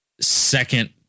second